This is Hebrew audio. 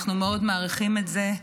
אנחנו מאוד מעריכים את זה.